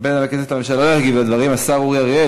הנושא עבר לוועדת החינוך.